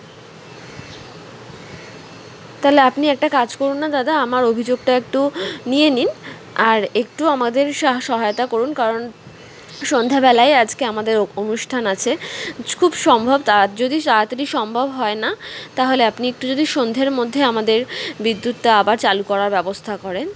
তাহলে আপনি একটা কাজ করুন না দাদা আমার অভিযোগটা একটু নিয়ে নিন আর একটু আমাদের সা সহায়তা করুন কারণ সন্ধ্যাবেলায় আজকে আমাদের অনুষ্ঠান আছে খুব সম্ভব তা যদি তাড়াতাড়ি সম্ভব হয় না তাহলে আপনি একটু যদি সন্ধের মধ্যে আমাদের বিদ্যুৎটা আবার চালু করার ব্যবস্থা করেন